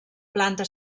planta